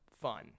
fun